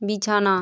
বিছানা